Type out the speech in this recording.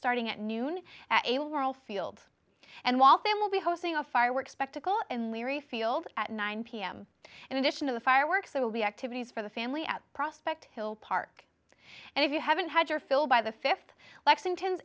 starting at noon at a laurel field and while sam will be hosting a fireworks spectacle and leary field at nine pm in addition to the fireworks there will be activities for the family at prospect hill park and if you haven't had your fill by the fifth lexington